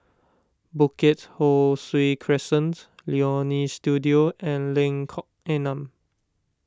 Bukit Ho Swee Crescent Leonie Studio and Lengkok Enam